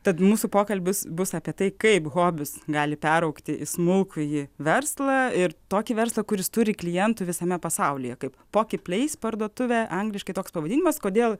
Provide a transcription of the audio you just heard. tad mūsų pokalbis bus apie tai kaip hobis gali peraugti į smulkųjį verslą ir tokį verslą kuris turi klientų visame pasaulyje kaip pokipleis parduotuvė angliškai toks pavadinimas kodėl